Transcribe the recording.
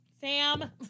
Sam